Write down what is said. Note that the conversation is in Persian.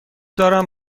دارم